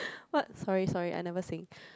what sorry sorry I never sing